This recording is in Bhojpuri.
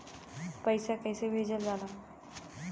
पैसा कैसे भेजल जाला?